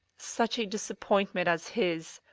such a disappointment as his,